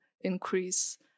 increase